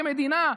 כמדינה,